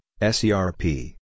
SERP